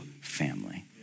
family